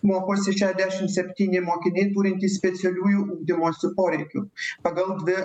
mokosi šešiasdešimt septyni mokiniai turintys specialiųjų ugdymosi poreikių pagal dvi